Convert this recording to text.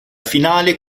finale